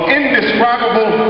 indescribable